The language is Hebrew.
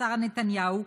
שרה נתניהו,